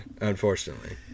Unfortunately